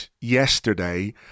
yesterday